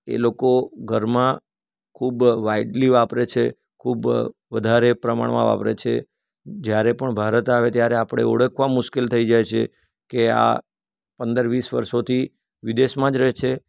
એ લોકો ઘરમાં ખૂબ વાઈડલી વાપરે છે ખૂબ વધારે પ્રમાણમાં વાપરે છે જ્યારે પણ ભારત આવે ત્યારે આપણે ઓળખવા મુશ્કેલ થઈ જાય છે કે આ પંદર વીસ વરસોથી વિદેશમાં જ રહે છે